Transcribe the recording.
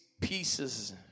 pieces